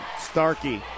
Starkey